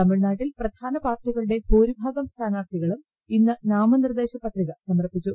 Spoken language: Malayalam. തമിഴ്നാട്ടിൽ പ്രധാന പാർട്ടികളുടെ ഭൂരിഭാഗം സ്ഥാനാർത്ഥികളും ഇന്ന് നാമനിർദ്ദേശ പത്രിക സമർപ്പിച്ചു